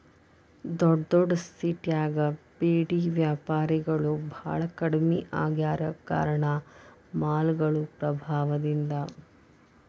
ದೊಡ್ಡದೊಡ್ಡ ಸಿಟ್ಯಾಗ ಬೇಡಿ ವ್ಯಾಪಾರಿಗಳು ಬಾಳ ಕಡ್ಮಿ ಆಗ್ಯಾರ ಕಾರಣ ಮಾಲ್ಗಳು ಪ್ರಭಾವದಿಂದ